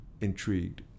intrigued